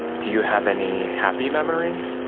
do you have any happy memories?